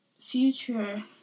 future